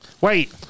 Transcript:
Wait